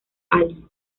ali